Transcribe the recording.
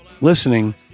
listening